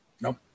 No